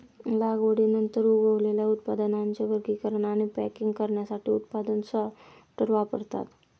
लागवडीनंतर उगवलेल्या उत्पादनांचे वर्गीकरण आणि पॅकिंग करण्यासाठी उत्पादन सॉर्टर वापरतात